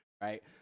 Right